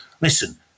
listen